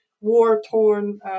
war-torn